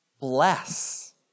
Bless